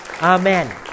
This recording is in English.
Amen